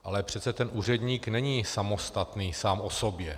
Ale přece ten úředník není samostatný sám o sobě.